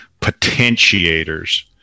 potentiators